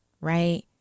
right